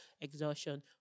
exhaustion